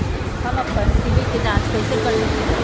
हम अपन सिबिल के जाँच कइसे कर सकली ह?